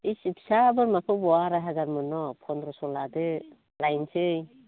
एसे फिसा बोरमाखौ अबाव आराय हाजार मोननो फन्द्रस' लादो लायनोसै